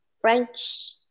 French